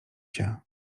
cię